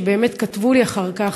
ובאמת כתבו לי אחר כך,